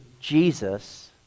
Jesus